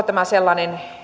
tämä sellainen